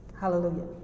Hallelujah